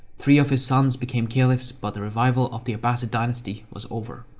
three of his sons became caliphs but the revival of the abbasid dynasty was over.